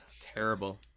Terrible